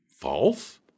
false